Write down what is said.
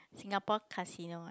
Singapore casino ah